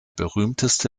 berühmteste